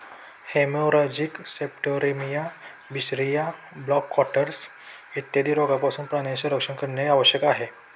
haemorrhagic septicaemia, बिशरिया, black quarters इत्यादी रोगांपासून प्राण्यांचे संरक्षण करणे आवश्यक आहे